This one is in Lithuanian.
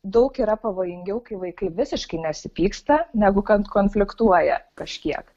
daug yra pavojingiau kai vaikai visiškai nesipyksta negu konfliktuoja kažkiek